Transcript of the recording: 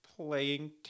playing